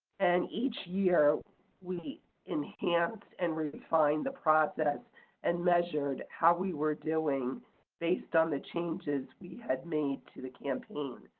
and each year we enhanced and refined the process and measured how we were doing based on the changes we had made to the campaign.